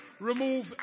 Remove